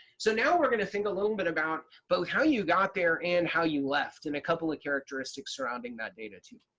so now we're going to think a little bit about both how you got there, and how you left and a couple of characteristics surrounding that data too.